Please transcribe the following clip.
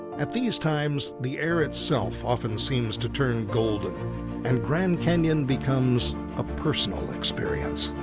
at these times, the air itself often seems to turn golden and grand canyon becomes a personal experience.